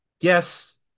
Yes